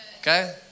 Okay